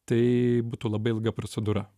tai būtų labai ilga procedūra